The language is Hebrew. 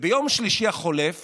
וביום שלישי החולף